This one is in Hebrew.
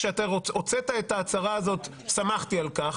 כשאתה הוצאת את ההצהרה הזאת שמחתי על כך,